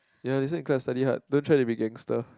ya that's why in class study hard don't try to be a gangster